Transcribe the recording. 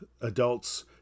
adults